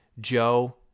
Joe